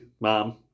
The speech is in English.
Mom